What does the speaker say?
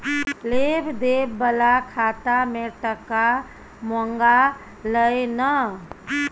लेब देब बला खाता मे टका मँगा लय ना